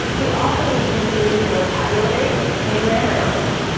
you also need to improve your vocabulary and grammar knowledge,